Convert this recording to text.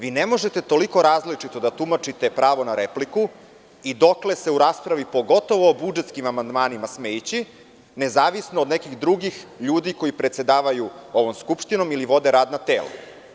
Vi ne možete toliko različito da tumačite pravo na repliku i dokle se u raspravi, pogotovo o budžetskim amandmanima sme ići, nezavisno od nekih drugih ljudi koji predsedavaju ovom Skupštinom ili vode radna tela.